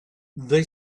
they